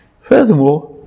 Furthermore